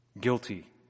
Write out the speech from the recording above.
guilty